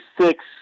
six